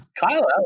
Kyle